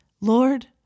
Lord